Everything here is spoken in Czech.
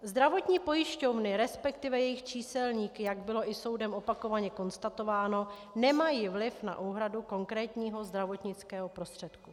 Zdravotní pojišťovny, resp. jejich číselníky, jak bylo i soudem opakovaně konstatováno, nemají vliv na úhradu konkrétního zdravotnického prostředku.